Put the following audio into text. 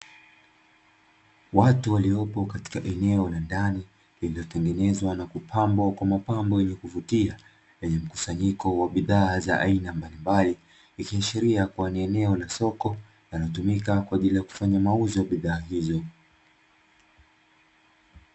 Watu waliopo katika eneo la ndani, lililotengenezwa na kupambwa kwa mapambo ya kuvutia, yenye mkusanyiko wa bidhaa za aina mbalimbali. Likiashiria kuwa ni eneo la soko, linalotumika kwa ajili ya kufanya mauzo ya bidhaa hizo.